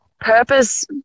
purpose